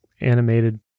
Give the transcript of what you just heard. animated